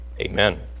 Amen